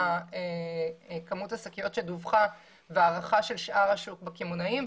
כמות השקיות שדווחה והערכה של שאר שוק הקמעונאים,